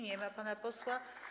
Nie ma pana posła.